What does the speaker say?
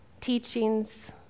teachings